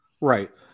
Right